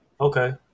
okay